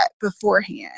beforehand